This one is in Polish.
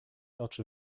oczy